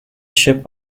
ship